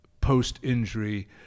post-injury